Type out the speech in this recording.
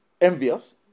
envious